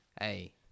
Hey